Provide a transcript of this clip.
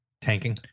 tanking